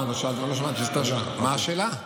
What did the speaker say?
מה השאלה?